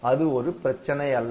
ஆக அது ஒரு பிரச்சனை அல்ல